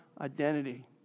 identity